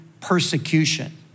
persecution